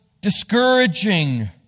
discouraging